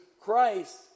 Christ